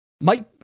Mike